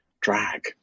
drag